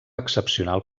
excepcional